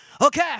okay